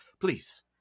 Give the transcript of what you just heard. Please